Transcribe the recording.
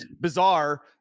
bizarre